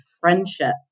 friendship